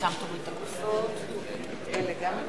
תודה רבה